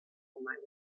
humana